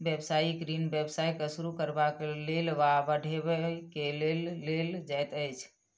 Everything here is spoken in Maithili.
व्यवसायिक ऋण व्यवसाय के शुरू करबाक लेल वा बढ़बय के लेल लेल जाइत अछि